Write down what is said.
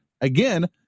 Again